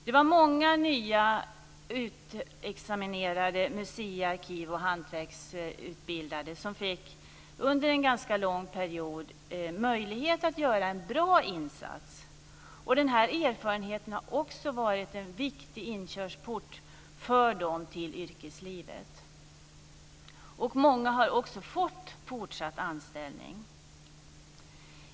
Det var många unga nyutexaminerade musei-, arkiv och hantverksutbildade som under en ganska lång period fick möjlighet att göra en bra insats, och denna erfarenhet har också varit en viktig inkörsport till yrkeslivet för dem. Många har också fått fortsatt anställning.